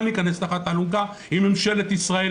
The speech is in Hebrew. להיכנס תחת האלונקה עם ממשלת ישראל,